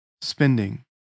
spending